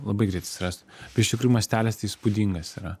labai greit suras tai iš tikrųjų mastelis tai įspūdingas yra